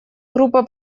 группа